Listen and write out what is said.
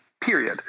period